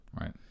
Right